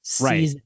right